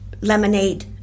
lemonade